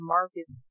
Markets